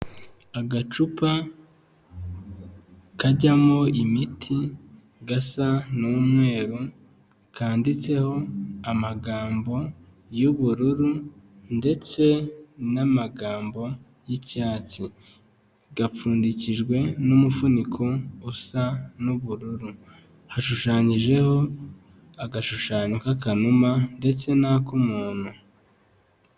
Agacupa kajyamo imiti gasa n'umweru, kanditseho amagambo y'ubururu ndetse n'amagambo y'icyatsi. Gapfundikijwe n'umufuniko usa n'ubururu, hashushanyijeho agashushanyo k'akanuma ndetse n'ak'umuntu.